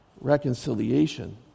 reconciliation